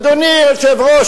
אדוני היושב-ראש,